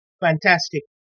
Fantastic